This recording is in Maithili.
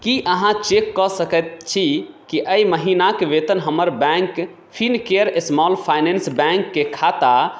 की अहाँ चेक कऽ सकैत छी कि एहि महिनाक वेतन हमर bank Fincare small finance bank के खाता